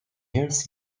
years